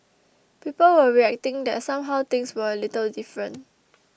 people were reacting that somehow things were a little different